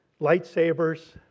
lightsabers